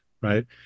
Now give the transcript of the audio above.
right